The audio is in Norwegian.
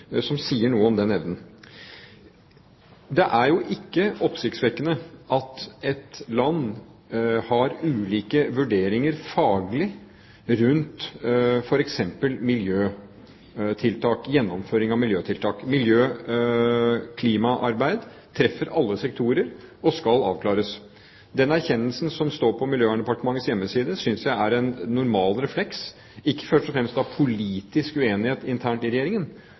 som sier noe om den evnen. Det er ikke oppsiktsvekkende at et land har ulike faglige vurderinger rundt f.eks. gjennomføring av miljøtiltak. Miljø- og klimaarbeid treffer alle sektorer og skal avklares. Den erkjennelsen som står på Miljøverndepartementets hjemmeside, synes jeg er en normal refleks – ikke først og fremst av politisk uenighet internt i Regjeringen,